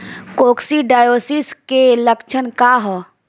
Coccidiosis के लक्षण का ह?